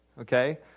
Okay